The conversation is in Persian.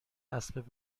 اسب